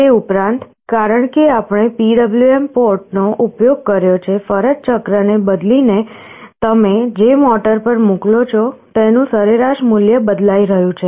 તે ઉપરાંત કારણ કે આપણે PWM પોર્ટ નો ઉપયોગ કર્યો છે ફરજ ચક્રને બદલીને તમે જે મોટર પર મોકલો છો તેનું સરેરાશ મૂલ્ય બદલાઈ રહ્યું છે